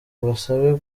mbasabe